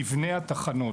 מבני התחנות,